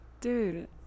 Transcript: Dude